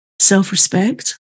self-respect